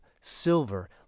silver